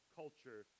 culture